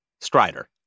Strider